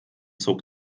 zog